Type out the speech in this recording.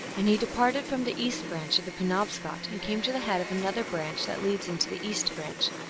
and he departed from the east branch of the penobscot, and came to the head of another branch that leads into the east branch,